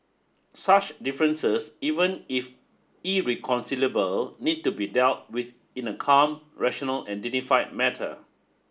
such differences even if irreconcilable need to be dealt with in a calm rational and dignified matter